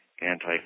anti